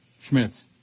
Schmitz